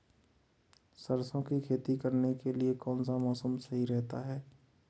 सरसों की खेती करने के लिए कौनसा मौसम सही रहता है?